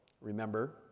remember